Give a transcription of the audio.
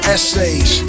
Essays